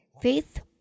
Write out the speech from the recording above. Faith